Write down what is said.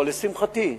או לשמחתי,